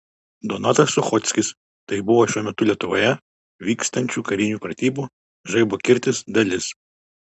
donatas suchockis tai buvo šiuo metu lietuvoje vykstančių karinių pratybų žaibo kirtis dalis